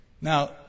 Now